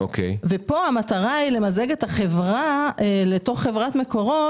והמטרה היא למזג את החברה לתוך חברת מקורות,